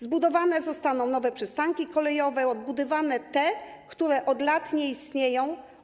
Zbudowane zostaną nowe przystanki kolejowe, odbudowane te, które od lat nie istnieją.